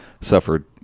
suffered